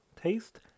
taste